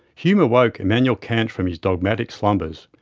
hume awoke emmanuel kant from his dogmatic slumbers.